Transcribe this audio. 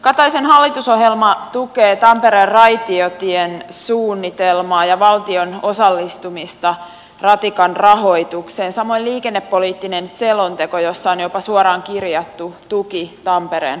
kataisen hallitusohjelma tukee tampereen raitiotien suunnitelmaa ja valtion osallistumista ratikan rahoitukseen samoin liikennepoliittinen selonteko jossa on jopa suoraan kirjattu tuki tampereen ratikalle